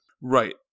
right